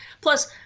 Plus